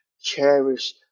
cherish